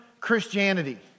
Christianity